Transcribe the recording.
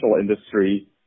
industry